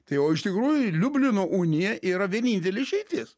tai o iš tikrųjų liublino unija yra vienintelė išeitis